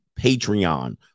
Patreon